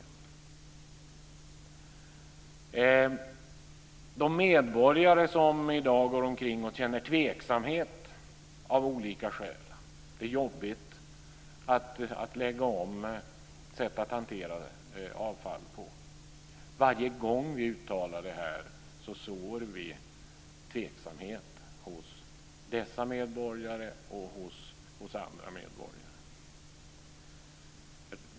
Det finns medborgare som i dag känner tveksamhet av olika skäl. Det är jobbigt att lägga om sitt sätt att hantera avfall på. Varje gång vi uttalar detta sår vi tveksamhet hos dessa medborgare och hos andra medborgare.